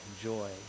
joy